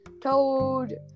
Toad